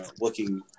looking